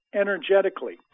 energetically